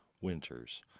Winters